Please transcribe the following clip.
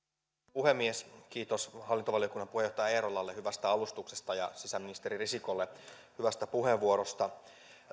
puhemies kiitos hallintovaliokunnan puheenjohtaja eerolalle hyvästä alustuksesta ja sisäministeri risikolle hyvästä puheenvuorosta